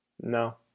No